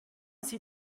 sie